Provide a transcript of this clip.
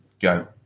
go